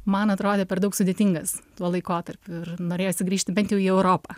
man atrodė per daug sudėtingas tuo laikotarpiu ir norėjosi grįžti bent jau į europą